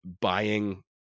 buying